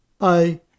I